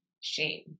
shame